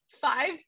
Five